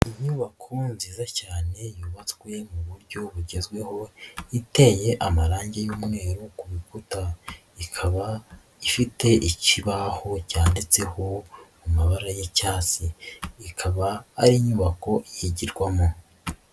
inyubako nziza cyane yubatswe mu buryo bugezweho iteye amarangi y'umweru ku rukuta, ikaba ifite ikibaho cyanditseho amabara y'icyatsi, ikaba ari inyubako yigirwamo.